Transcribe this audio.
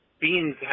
beans